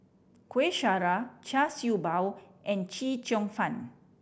Kueh Syara Char Siew Bao and Chee Cheong Fun